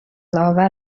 آور